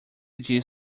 diz